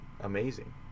amazing